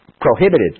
prohibited